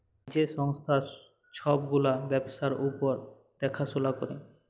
যে সংস্থা ছব গুলা ব্যবসার উপর দ্যাখাশুলা ক্যরে